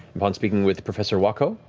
upon speaking with professor waccoh,